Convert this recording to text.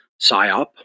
psyop